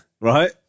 right